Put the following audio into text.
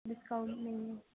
discount نہیں ہے